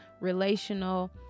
relational